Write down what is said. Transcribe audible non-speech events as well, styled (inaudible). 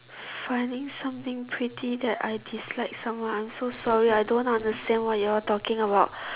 funny something petty that I dislike someone I'm so sorry I don't understand what you all talking about (breath)